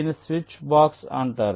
దీనిని switch box అంటారు